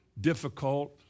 difficult